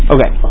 Okay